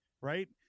right